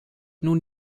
nun